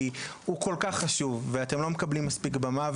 כי הוא כל כך חשוב ואתם לא מקבלים מספיק במה.